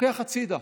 ולוקח הצידה,